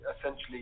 essentially